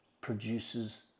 produces